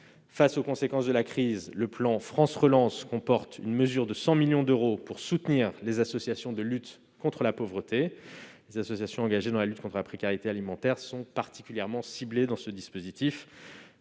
Face aux conséquences de la crise, le plan France Relance comporte une mesure de 100 millions d'euros pour soutenir les associations de lutte contre la pauvreté. Les associations engagées dans la lutte contre la précarité alimentaire sont particulièrement ciblées dans ce dispositif.